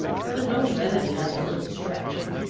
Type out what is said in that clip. there was no remedy like a little stretching.